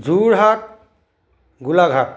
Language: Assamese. যোৰহাট গোলাঘাট